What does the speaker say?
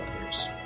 others